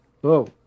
Whoa